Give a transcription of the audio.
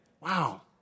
Wow